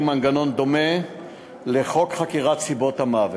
מנגנון דומה לחוק חקירת סיבות מוות.